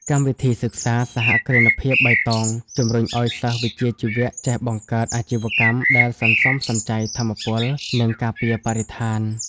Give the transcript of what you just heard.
កម្មវិធីសិក្សា "សហគ្រិនភាពបៃតង" ជម្រុញឱ្យសិស្សវិជ្ជាជីវៈចេះបង្កើតអាជីវកម្មដែលសន្សំសំចៃថាមពល និងការពារបរិស្ថាន។